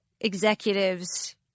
executives